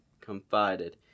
confided